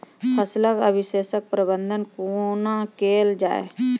फसलक अवशेषक प्रबंधन कूना केल जाये?